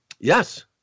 Yes